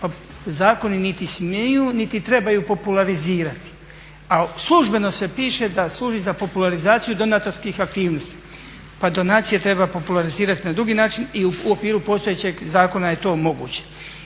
Pa zakoni niti smiju, niti trebaju popularizirati, a službeno se piše da služi za popularizaciju donatorskih aktivnosti. Pa donacije treba popularizirati na drugi način i u okviru postojećeg zakona je to moguće.